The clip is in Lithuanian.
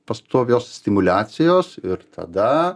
pastovios stimuliacijos ir tada